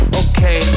okay